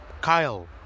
Kyle